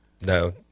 No